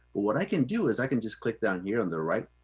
what i can do is, i can just click down here on the right,